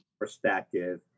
perspective